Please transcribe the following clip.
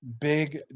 big